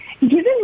Given